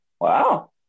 Wow